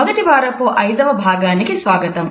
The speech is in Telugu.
మొదటి వారపు అయిదవ భాగానికి స్వాగతం